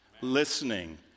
Listening